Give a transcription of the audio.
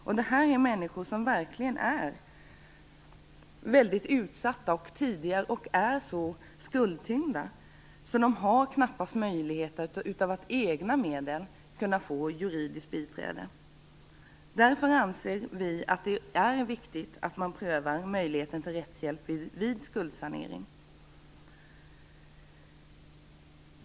Det här gäller människor som verkligen är mycket utsatta och är så skuldtyngda att de knappast har möjlighet att för egna medel kunna få juridiskt biträde. Därför anser vi att det är viktigt att man prövar möjligheten till rättshjälp vid skuldsanering.